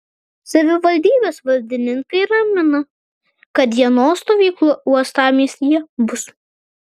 savivaldybės valdininkai ramina kad dienos stovyklų uostamiestyje bus